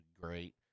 great